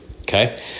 okay